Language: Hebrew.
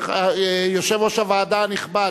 יושב-ראש הוועדה הנכבד,